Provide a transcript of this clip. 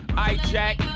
i jack.